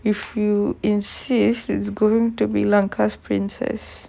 if you insist it's going to be lanka's princess